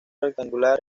rectangular